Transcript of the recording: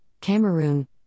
Cameroon